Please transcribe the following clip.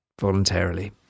voluntarily